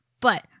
But-